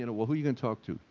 and well who you can talk to?